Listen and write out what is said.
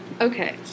Okay